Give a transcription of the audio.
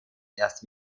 erst